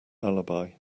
alibi